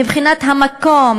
מבחינת המקום,